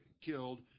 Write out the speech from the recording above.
killed